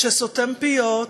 שסותם פיות,